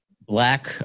black